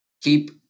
Keep